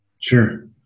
Sure